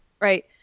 right